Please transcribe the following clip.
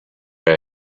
edge